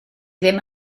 ddim